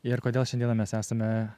ir kodėl šiandieną mes esame